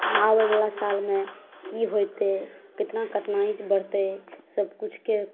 आबैवला सालमे कि होतै कतना कतना बढ़तै सबकिछुके